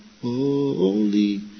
holy